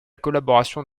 collaboration